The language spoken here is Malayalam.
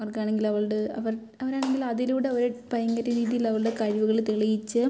അവർക്കാണെങ്കിൽ അവളുടെ അവർ അവരാണെങ്കിൽ അതിലൂടെ അവർ ഭയങ്കര രീതിയിൽ അവരുടെ കഴിവുകൾ തെളിയിച്ച്